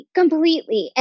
completely